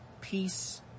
peace